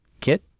Kit